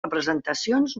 representacions